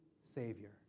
savior